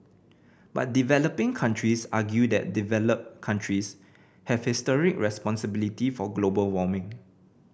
but developing countries argue that developed countries have historic responsibility for global warming